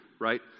right